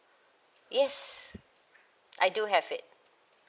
yes I do have it